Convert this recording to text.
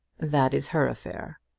that is her affair.